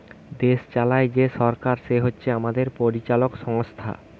দেশ চালায় যেই সরকার সে হচ্ছে আমাদের পরিচালক সংস্থা